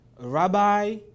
Rabbi